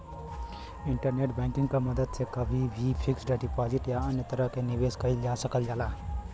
internet banking क मदद से कभी भी फिक्स्ड डिपाजिट या अन्य तरह क निवेश कइल जा सकल जाला